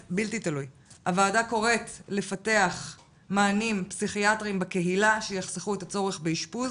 הוועדה קוראת לפתח מענים פסיכיאטריים בקהילה שיחסכו את הצורך באשפוז.